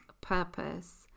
purpose